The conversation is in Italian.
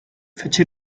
fece